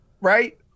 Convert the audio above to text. right